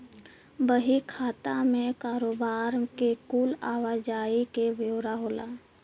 बही खाता मे कारोबार के कुल आवा जाही के ब्योरा होला